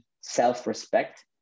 self-respect